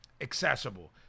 accessible